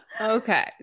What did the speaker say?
Okay